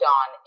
on